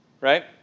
Right